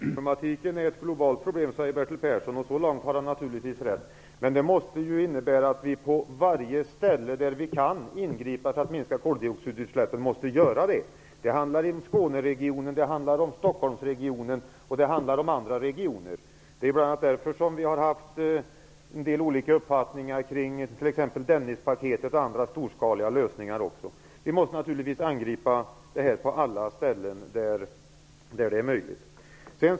Herr talman! Koldioxidproblematiken är ett globalt problem, säger Bertil Persson, och så långt är det riktigt. Men det måste innebära att vi på varje ställe där vi kan ingripa för att minska koldioxidutsläppen måste göra det. Det handlar om Skåneregionen, om Stockholmsregionen och om andra regioner. Det är bl.a. därför som vi har haft en del olika uppfattningar om Dennispaketet och även om en del andra storskaliga lösningar. Vi måste angripa detta på alla de ställen där det är möjligt.